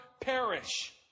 perish